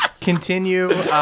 continue